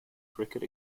cricket